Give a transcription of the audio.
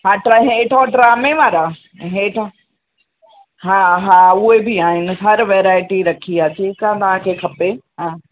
हा ट्र हेठां टामे वारा हेठां हा हा उहे बि आहिनि हर वैराएटी रखी आहे जेका तव्हांखे खपे हा